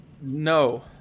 No